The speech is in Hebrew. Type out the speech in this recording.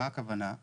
הכוונה היא